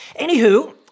Anywho